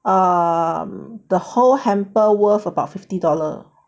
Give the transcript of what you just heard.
err the whole hamper worth about fifty dollar